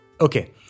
Okay